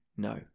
no